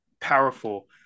powerful